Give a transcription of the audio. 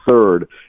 third